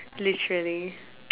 literally